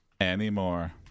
anymore